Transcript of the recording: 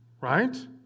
Right